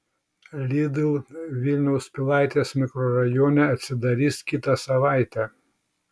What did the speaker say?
lidl vilniaus pilaitės mikrorajone atsidarys kitą savaitę